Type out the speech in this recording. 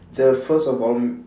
they're first of all